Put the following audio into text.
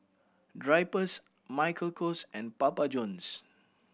Drypers Michael Kors and Papa Johns